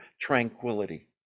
tranquility